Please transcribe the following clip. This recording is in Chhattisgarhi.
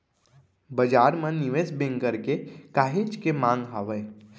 बजार म निवेस बेंकर के काहेच के मांग हावय